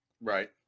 Right